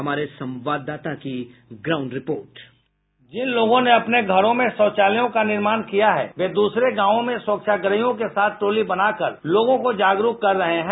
हमारे संवाददाता की ग्राउंड रिपोर्ट संवाददाता रिपोर्ट जिन लोगों ने अपने घरों में शौचालयों का निर्माण किया है वे दूसरे गाँवो में स्वच्छाग्रहियों के साथ टोली बनाकर लोगो को जागरुक कर रहे हैं